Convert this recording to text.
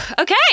Okay